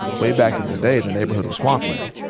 way back in the day, the neighborhood was swampland.